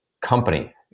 company